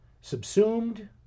subsumed